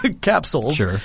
capsules